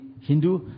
Hindu